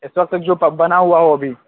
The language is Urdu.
اس وقت تک جو بنا ہوا ہو بھی